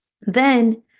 Then-